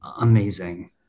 amazing